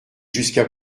jusqu’à